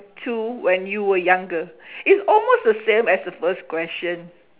to when you were younger it's almost the same as the first question